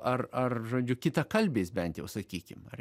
ar ar žodžiu kitakalbiais bent jau sakykim ar